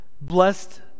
blessed